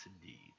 indeed